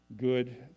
good